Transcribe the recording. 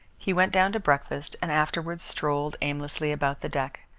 he went down to breakfast and afterwards strolled aimlessly about the deck.